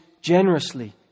generously